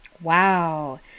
Wow